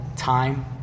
time